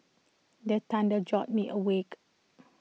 the thunder jolt me awake